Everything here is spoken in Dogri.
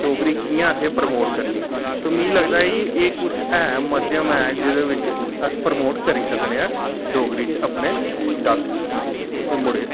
डोगरी कियां असें प्रमोट करनी ते मिगी लगदा ऐ कि एह् कुछ ऐ मध्यम ऐ जेह्दे बिच्च अस प्रमोट करी सकने आं डोगरी च अपने जागत ते मुड़े